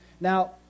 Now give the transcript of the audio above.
Now